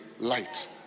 light